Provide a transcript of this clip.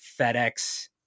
FedEx